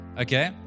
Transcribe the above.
okay